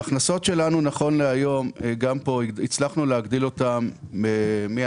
ההכנסות שלנו נכון להיום גם פה הצלחנו להגדיל אותן מ-2019,